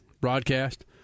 broadcast